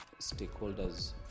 stakeholders